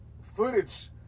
footage